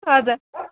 हजुर